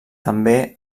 també